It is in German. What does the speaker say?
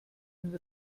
den